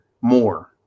more